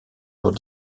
jours